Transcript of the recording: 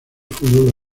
fútbol